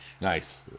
Nice